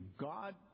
God